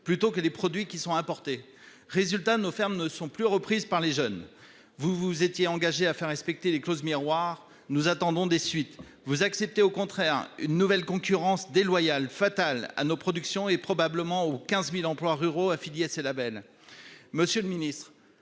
plutôt que les produits qui sont importés. En conséquence, nos fermes ne sont plus reprises par les jeunes. Vous vous étiez engagé à faire respecter les clauses miroirs ; nous attendons des suites ! Vous acceptez au contraire une nouvelle concurrence déloyale qui se révélera fatale pour nos productions et, probablement, pour les 15 000 emplois ruraux qui dépendent de ces labels.